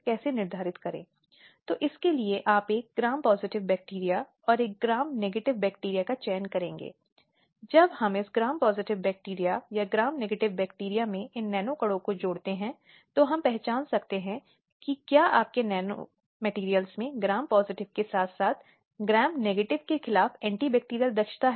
अब उन निर्णयों में यह उड़ीसा की पुष्पांजलि साहू बनाम राज्य का एक निर्णय है जहाँ सर्वोच्च न्यायालय ने कहा कि यौन हिंसा न केवल महिलाओं के निजता और पवित्रता के अधिकार पर एक गैरकानूनी आक्रमण है बल्कि उनके सम्मान के लिए एक गंभीर झटका है